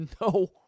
no